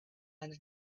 planet